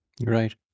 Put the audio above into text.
Right